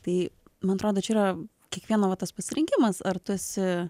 tai man atrodo čia yra kiekvieno va tas pasirinkimas ar tu esi